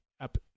up